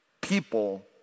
people